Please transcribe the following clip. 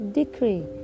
decree